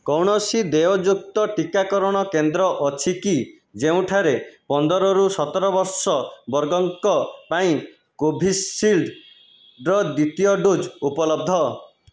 କୌଣସି ଦେୟଯୁକ୍ତ ଟିକାକରଣ କେନ୍ଦ୍ର ଅଛି କି ଯେଉଁଠାରେ ପନ୍ଦରରୁ ସତର ବର୍ଷ ବର୍ଗଙ୍କ ପାଇଁ କୋଭିଶିଲ୍ଡ଼୍ର ଦ୍ୱିତୀୟ ଡୋଜ୍ ଉପଲବ୍ଧ